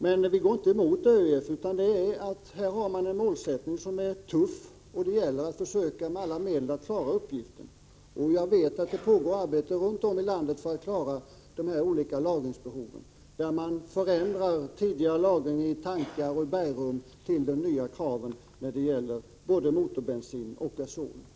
Men vi går inte emot ÖEF. Här har man en målsättning som är tuff, och det gäller att med alla medel försöka klara uppgiften. Jag vet att det pågår arbete runt om i landet för att tillgodose de olika lagringsbehoven. Man förändrar tidigare lagring i tankar och bergrum till att stämma med de nya kraven när det gäller både motorbensin och gasol.